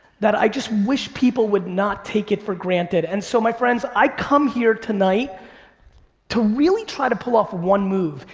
that i just wish people would not take it for granted. and so my friends, i come here tonight to really try to pull off one move.